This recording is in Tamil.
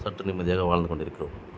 சற்று நிம்மதியாக வாழ்ந்து கொண்டு இருக்கிறோம்